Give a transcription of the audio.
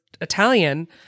Italian